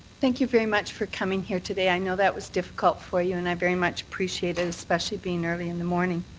thank you very much for coming here today. i know that was difficult for you and i very much appreciate it and especially being early in the morning.